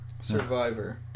Survivor